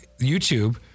YouTube